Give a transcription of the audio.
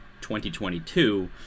2022